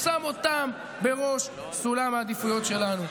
הוא שם אותם בראש סדר העדיפויות שלנו.